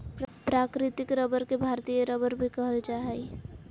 प्राकृतिक रबर के भारतीय रबर भी कहल जा हइ